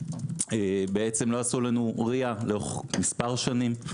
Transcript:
בעצם לא עשו לנו RIA לאורך מספר שנים,